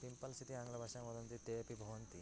pimples इति आङ्ग्लभाषायां वदन्ति ते अपि भवन्ति